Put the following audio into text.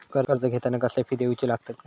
कर्ज घेताना कसले फी दिऊचे लागतत काय?